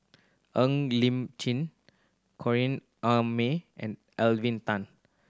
Ng Li Chin Corrinne May and Elvin Tan